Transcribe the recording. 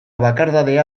bakardadea